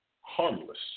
harmless